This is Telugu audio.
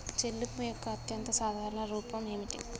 చెల్లింపు యొక్క అత్యంత సాధారణ రూపం ఏమిటి?